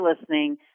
listening